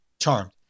Charmed